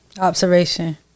observation